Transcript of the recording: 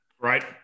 Right